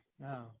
no